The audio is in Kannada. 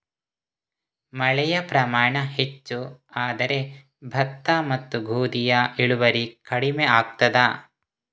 ಮಳೆಯ ಪ್ರಮಾಣ ಹೆಚ್ಚು ಆದರೆ ಭತ್ತ ಮತ್ತು ಗೋಧಿಯ ಇಳುವರಿ ಕಡಿಮೆ ಆಗುತ್ತದಾ?